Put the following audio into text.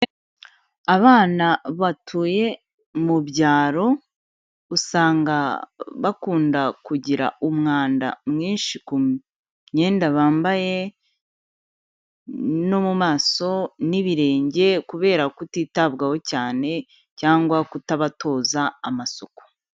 Abana batuye mu byaro usanga bakunda kugira umwanda mwinshi ku myenda bambaye no mu maso n'ibirenge, kubera kutitabwaho cyane cyangwa kutabatoza amasuku.